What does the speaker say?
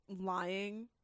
lying